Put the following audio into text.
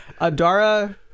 adara